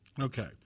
Okay